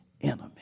enemy